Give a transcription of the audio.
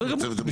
בסדר גמור.